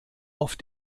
auf